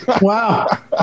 Wow